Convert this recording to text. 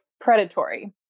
predatory